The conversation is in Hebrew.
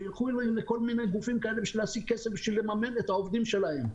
שילכו לכל מיני גופים כאלה כדי להשיג כסף ולממן את העובדים שלהם.